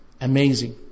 Amazing